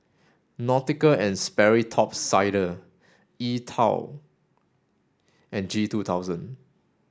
Nautica and Sperry Top Sider E TWOW and G two thousand